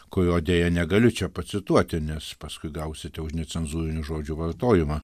kurio deja negaliu čia pacituoti nes paskui gausite už necenzūrinių žodžių vartojimą